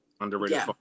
underrated